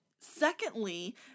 Secondly